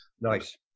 Nice